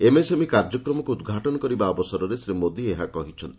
MSME କାର୍ଯ୍ୟକ୍ରମକୁ ଉଦ୍ଘାଟନ କରିବା ଅବସରରେ ଶ୍ରୀ ମୋଦି ଏହା କହିଛନ୍ତି